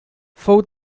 fou